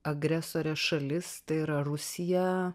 agresorė šalis tai yra rusija